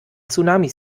tsunamis